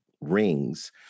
rings